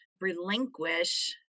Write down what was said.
relinquish